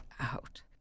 out